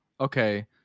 okay